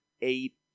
Eight